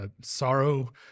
Sorrow